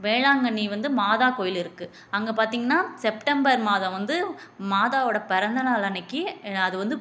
வேளாங்கண்ணி வந்து மாதா கோயில் இருக்குது அங்கே பார்த்திங்கனா செப்டம்பர் மாதம் வந்து மாதாவோடய பிறந்த நாள் அன்றைக்கி அது வந்து